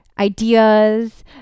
ideas